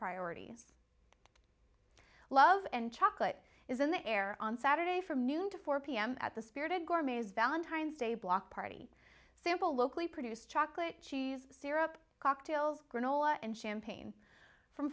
priorities love and chocolate is in the air on saturday from noon to four pm at the spirited gourmets valentine's day block party simple locally produced chocolate cheese syrup cocktails granola and champagne from